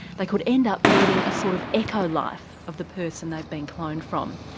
they could end up leading a sort of echo life of the person they've been cloned from.